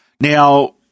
Now